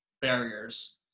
barriers